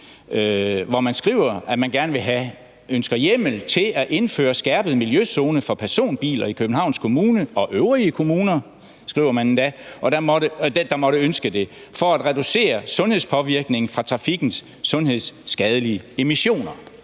Man skriver, at man ønsker hjemmel til at indføre skærpet miljøzone for personbiler i Københavns Kommune og øvrige kommuner, skriver man endda, der måtte ønske det, for at reducere sundhedspåvirkningen fra trafikkens sundhedsskadelige emissioner.